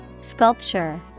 Sculpture